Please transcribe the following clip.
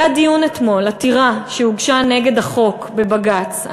היה דיון אתמול, עתירה שהוגשה נגד החוק בבג"ץ.